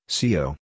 CO